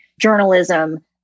journalism